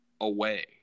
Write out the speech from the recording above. away